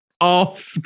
off